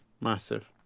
Massive